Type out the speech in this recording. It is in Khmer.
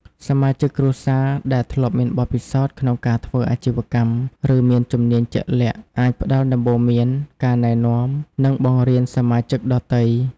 សមាជិកគ្រួសារដែលធ្លាប់មានបទពិសោធន៍ក្នុងការធ្វើអាជីវកម្ម ឬមានជំនាញជាក់លាក់ អាចផ្តល់ដំបូន្មាន ការណែនាំ និងបង្រៀនសមាជិកដទៃ។